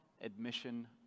admission